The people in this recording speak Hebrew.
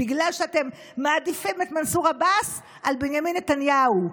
בגלל שאתם מעדיפים את מנסור עבאס על בנימין נתניהו.